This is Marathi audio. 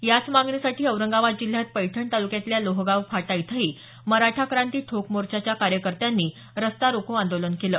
याच मागणीसाठी औरंगाबाद जिल्ह्यात पैठण तालुक्यातल्या लोहगाव फाटा इथंही मराठा क्रांती ठोक मोर्चाच्या कार्यकर्त्यांनी रस्ता रोको आंदोलन केलं